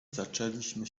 zaczęliśmy